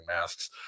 masks